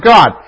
God